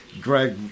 Greg